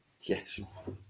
Yes